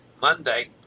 Monday